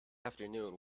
afternoon